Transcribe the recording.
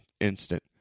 instant